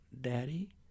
Daddy